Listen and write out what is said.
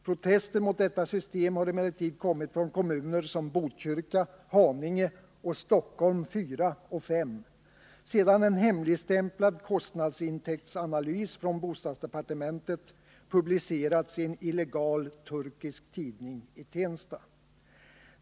Protester mot detta system har emellertid kommit från kommuner som Botkyrka, Haninge och Stockholm 4 och 5; sedan en hemligstämplad kostnads-intäkts-analys från bostadsdepartementet publicerats i en illegal turkisk tidning i Tensta.